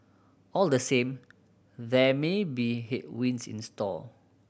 all the same there may be headwinds in store